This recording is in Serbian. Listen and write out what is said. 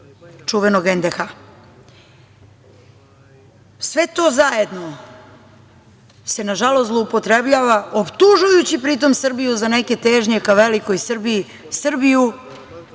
čuvene NDH.Sve to zajedno se nažalost zloupotrebljava, optužujući pri tome Srbiju za neke težnje ka velikoj Srbiji, Srbiju